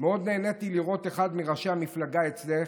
מאוד נהניתי לראות אחד מראשי המפלגה אצלך,